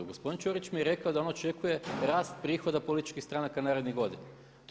Gospodin Ćorić mi je rekao da on očekuje rast prihoda političkih stranka narednih godina.